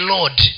Lord